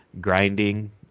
grinding